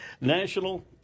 National